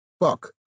fuck